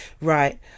right